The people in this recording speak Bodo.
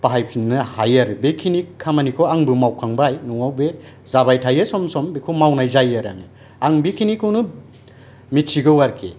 बाहायफिननो हायो आरो बेखिनि खामानिखौ आंबो मावखांबाय न'आव बे जाबायथायो सम सम बेखौ मावनाय जायो आरो आं बेखिनिखौनो मिन्थिगौ आरोखि